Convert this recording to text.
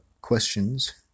questions